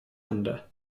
hände